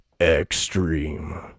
Extreme